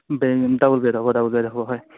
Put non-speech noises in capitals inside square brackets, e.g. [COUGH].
[UNINTELLIGIBLE] double bed হ'ব double bed হ'ব হয়